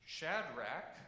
Shadrach